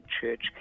Church